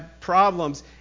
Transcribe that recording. problems